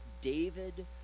david